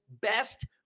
best